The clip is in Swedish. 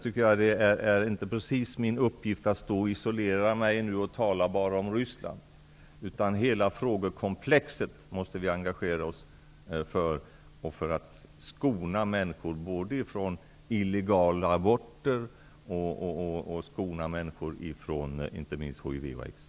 Därför är det inte precis min uppgift att isolera mig och tala bara om Ryssland, utan vi måste engagera oss i hela frågekomplexet för att skona människor från både illegala aborter och inte minst hiv/aids.